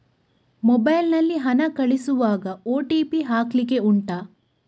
mobile ನಲ್ಲಿ ಹಣ ಕಳಿಸುವಾಗ ಓ.ಟಿ.ಪಿ ಹಾಕ್ಲಿಕ್ಕೆ ಉಂಟಾ